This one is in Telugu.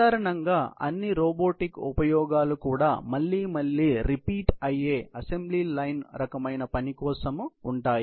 సాధారణంగా అన్ని రోబోటిక్ ఉపయోగాలు కూడా మళ్ళీ మళ్ళీ రిపీట్ అయ్యే అసెంబ్లీ లైన్ రకమైన పని కోసం ఉంటాయి